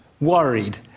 worried